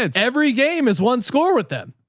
and every game is one score with them.